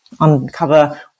uncover